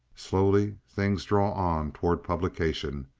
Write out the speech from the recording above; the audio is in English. slowly things draw on toward publication,